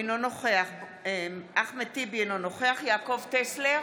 אינו נוכח אחמד טיבי, אינו נוכח יעקב טסלר,